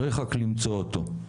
תודה.